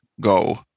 go